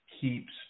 keeps